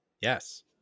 Yes